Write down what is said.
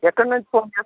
ఎక్కడ్నుంచి phone చేస్